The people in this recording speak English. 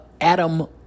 Adam